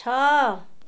ଛଅ